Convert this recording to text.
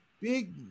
Big